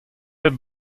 pep